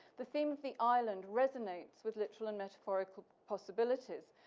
the theme of the island resonates with literal and metaphorical possibilities,